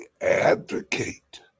advocate